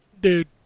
Dude